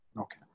Okay